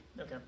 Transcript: Okay